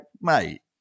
mate